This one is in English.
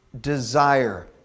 desire